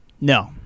No